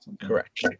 Correct